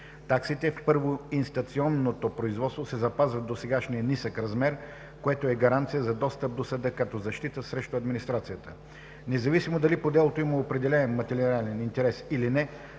Таксите в първоинстанционното производство се запазват в досегашния нисък размер, което е гаранция за достъп до съда като защита срещу администрацията. Независимо дали по делото има определяем материален интерес, или не,